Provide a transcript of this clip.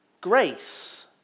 grace